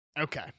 Okay